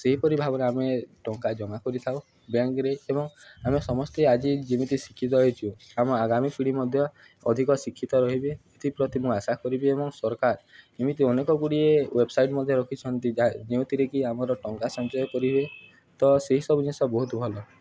ସେହିପରି ଭାବରେ ଆମେ ଟଙ୍କା ଜମାା କରିଥାଉ ବ୍ୟାଙ୍କ୍ରେ ଏବଂ ଆମେ ସମସ୍ତେ ଆଜି ଯେମିତି ଶିକ୍ଷିତ ହେଇଛୁ ଆମ ଆଗାମୀ ପିଢ଼ି ମଧ୍ୟ ଅଧିକ ଶିକ୍ଷିତ ରହିବେ ଏଥିପ୍ରତି ମୁଁ ଆଶା କରିବି ଏବଂ ସରକାର ଏମିତି ଅନେକ ଗୁଡ଼ିଏ ୱେବସାଇଟ୍ ମଧ୍ୟ ରଖିଛନ୍ତି ଯା ଯେଉଁଥିରେ କିି ଆମର ଟଙ୍କା ସଞ୍ଚୟ କରିବେ ତ ସେହିସବୁ ଜିନିଷ ବହୁତ ଭଲ